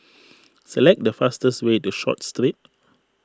select the fastest way to Short Street